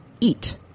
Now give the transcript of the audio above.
Eat